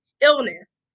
illness